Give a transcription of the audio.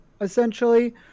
essentially